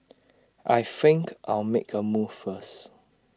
I think I'll make A move first